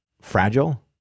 fragile